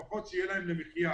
לפחות שיהיה להם למחיה.